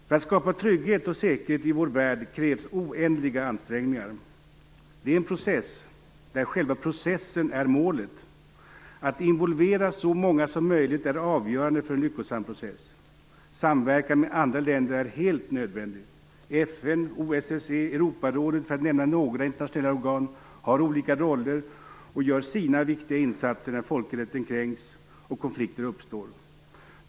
För att skapa trygghet och säkerhet i vår värld krävs oändliga ansträngningar. Det är en process där själva processen är målet. Att involvera så många som möjligt är avgörande för en lyckosam process. Samverkan med andra länder är helt nödvändig. FN, OSSE och Europarådet, för att nämna några internationella organ, har olika roller och gör sina viktiga insatser när folkrätten kränks och konflikter uppstår.